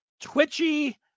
twitchy